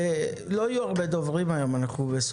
בבקשה.